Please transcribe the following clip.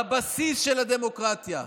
בבסיס של הדמוקרטיה.